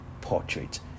portrait